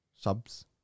subs